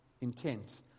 intent